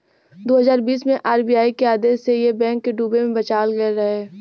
दू हज़ार बीस मे आर.बी.आई के आदेश से येस बैंक के डूबे से बचावल गएल रहे